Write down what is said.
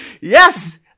Yes